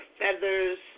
feathers